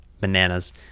bananas